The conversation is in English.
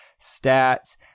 stats